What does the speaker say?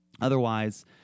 Otherwise